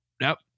nope